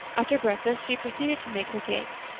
after breakfast she proceeded to make her cake.